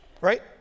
right